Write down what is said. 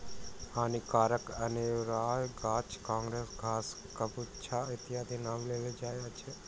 हानिकारक अनेरुआ गाछ मे काँग्रेस घास, कबछुआ इत्यादिक नाम लेल जाइत अछि